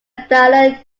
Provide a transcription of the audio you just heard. dialect